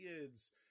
kids